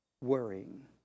worrying